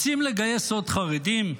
רוצים לגייס עוד חרדים?